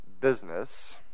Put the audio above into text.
business